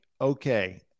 okay